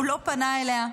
הוא לא פנה אליה,